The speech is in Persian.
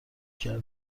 کرده